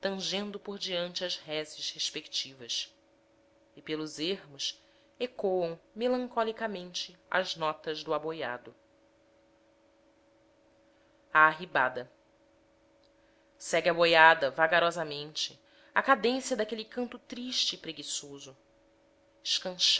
tangendo por diante as reses respectivas e pelos ermos ecoam melancolicamente as notas do poiado arribada segue a boiada vagarosamente à cadência daquele canto triste e preguiçoso